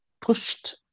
pushed